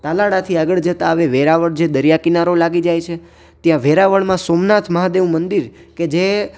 તાલાળાથી આગળ જતાં આવે વેરાવળ જે દરિયાકિનારો લાગી જાય છે ત્યાં વેરાવળમાં સોમનાથ મહાદેવ મંદિર કે જે